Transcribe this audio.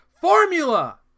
formula